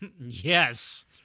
Yes